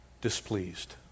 displeased